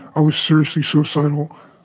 i was seriously suicidal,